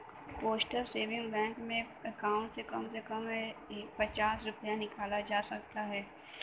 postal saving bank में account से कम से कम हे पचास रूपया निकालल जा सकता